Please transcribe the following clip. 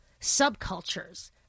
subcultures